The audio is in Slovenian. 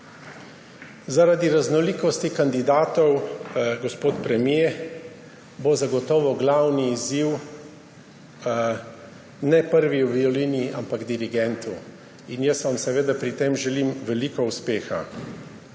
Zaradi raznolikosti kandidatov, gospod premier, bo zagotovo glavni izziv ne v prvi violini, ampak v dirigentu in jaz vam seveda pri tem želim veliko uspeha.